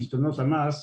שלטונות המס,